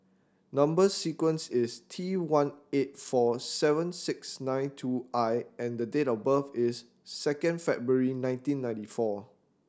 number sequence is T one eight four seven six nine two I and date of birth is second February nineteen ninety four